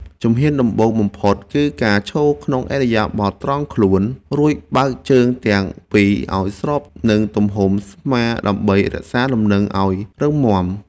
ជំហានដំបូងបំផុតគឺការឈរក្នុងឥរិយាបថត្រង់ខ្លួន រួចបើកជើងទាំងពីរឱ្យស្របនឹងទំហំស្មាដើម្បីរក្សាលំនឹងឱ្យរឹងមាំ។